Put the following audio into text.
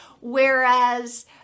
whereas